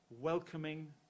welcoming